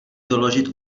doložit